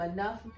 Enough